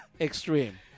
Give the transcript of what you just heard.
extreme